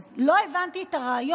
אז לא הבנתי את הרעיון